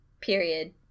Period